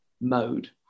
mode